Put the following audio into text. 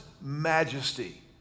majesty